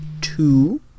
two